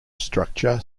structure